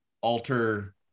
alter